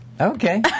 Okay